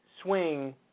swing